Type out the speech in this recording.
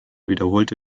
wiederholte